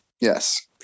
Yes